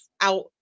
out